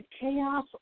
chaos